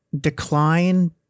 decline